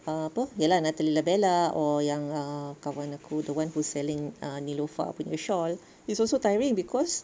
ah apa ye lah Nutella Bella or uh yang ah kawan aku tu kan who selling Naelofar punya shawl it's also tiring cause